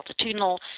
altitudinal